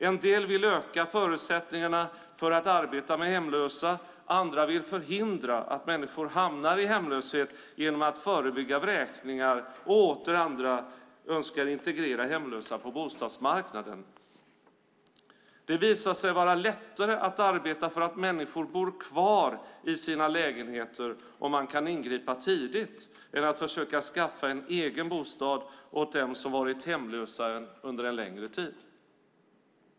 En del vill öka förutsättningarna för att arbeta med hemlösa, andra vill förhindra att människor hamnar i hemlöshet genom att förebygga vräkningar och åter andra önskar integrera hemlösa på bostadsmarknaden. Det visar sig vara lättare att arbeta för att människor bor kvar i sina lägenheter om man kan ingripa tidigt än att försöka skaffa en egen bostad åt dem som varit hemlösa under en längre tid.